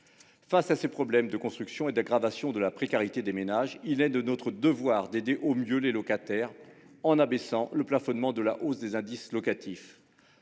Face à ces problèmes de construction et d'aggravation de la précarité des ménages, il est de notre devoir d'aider au mieux les locataires, en abaissant le plafonnement de la hausse des indices locatifs.